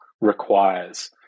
requires